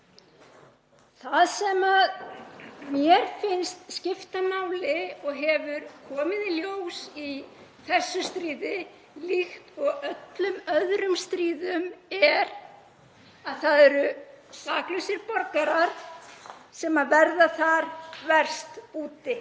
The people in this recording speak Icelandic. Það sem mér finnst skipta máli og hefur komið í ljós í þessu stríði, líkt og öllum öðrum stríðum, er að það eru saklausir borgarar sem verða þar verst úti.